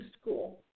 school